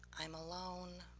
i'm alone.